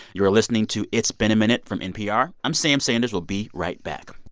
you are listening to it's been a minute from npr. i'm sam sanders. we'll be right back